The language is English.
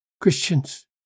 Christians